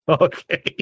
okay